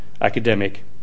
academic